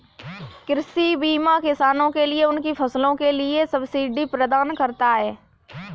कृषि बीमा किसानों को उनकी फसलों के लिए सब्सिडी प्रदान करता है